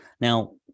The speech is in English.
Now